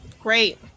Great